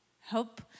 Help